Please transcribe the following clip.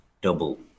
double